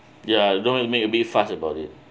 ya you don't make a big fuss about it